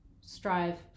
strive